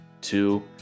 two